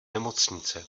nemocnice